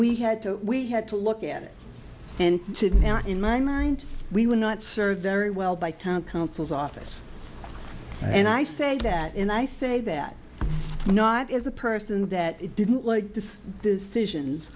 we had to we had to look at it and did not in my mind we were not served very well by town counsel's office and i say that and i say that not as a person that it didn't like the decisions